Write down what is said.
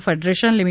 federation લી